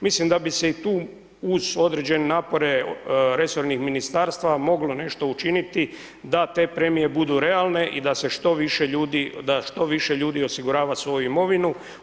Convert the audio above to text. Mislim da bi se i tu uz određene napore resornih ministarstva moglo nešto učiniti da te premije budu realne i da se što više ljudi, da što više ljudi osigurava svoju imovinu.